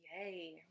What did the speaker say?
Yay